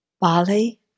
Bali